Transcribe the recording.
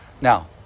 Now